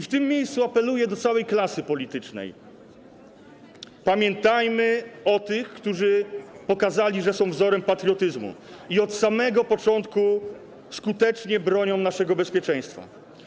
W tym miejscu apeluję do całej klasy politycznej: Pamiętajmy o tych, którzy pokazali, że są wzorem patriotyzmu, i od samego początku skutecznie bronią naszego bezpieczeństwa.